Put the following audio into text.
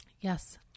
Yes